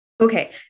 Okay